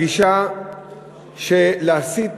הגישה של להסיט